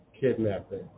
kidnapping